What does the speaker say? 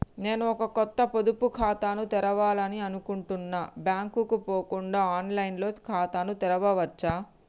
నేను ఒక కొత్త పొదుపు ఖాతాను తెరవాలని అనుకుంటున్నా బ్యాంక్ కు పోకుండా ఆన్ లైన్ లో ఖాతాను తెరవవచ్చా?